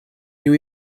new